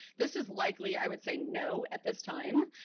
this is likely i would say no at this time.